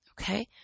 Okay